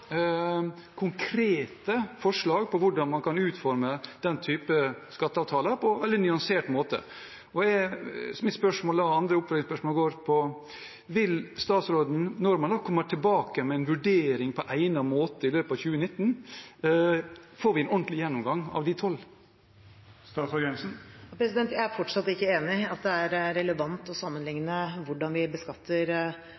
konkrete forslag til hvordan man kan utforme den typen skatteavtaler på en veldig nyansert måte. Mitt oppfølgingsspørsmål blir da: Når man kommer tilbake på egnet måte med en vurdering i løpet av 2019, vil vi da få en ordentlig gjennomgang av de tolv forslagene? Jeg er fortsatt ikke enig i at det er relevant å